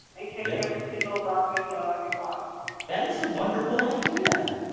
and catch every single broadway show i could watch that is a wonderful idea